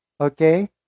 Okay